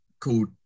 called